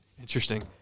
Interesting